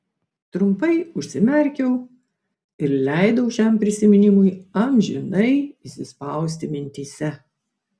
trumpai užsimerkiau ir leidau šiam prisiminimui amžinai įsispausti mintyse